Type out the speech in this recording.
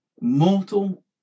mortal